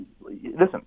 Listen